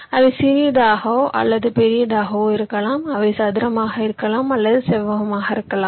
அவை சிறியதாக அல்லது பெரியதாக இருக்கலாம் அவை சதுரமாக இருக்கலாம் அல்லது செவ்வகமாக இருக்கலாம்